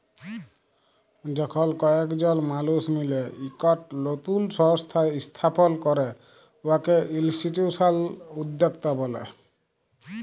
যখল কয়েকজল মালুস মিলে ইকট লতুল সংস্থা ইস্থাপল ক্যরে উয়াকে ইলস্টিটিউশলাল উদ্যক্তা ব্যলে